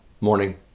morning